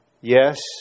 Yes